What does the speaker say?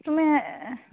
তুমি